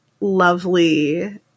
lovely